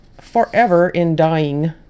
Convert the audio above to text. forever-in-dying